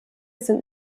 sind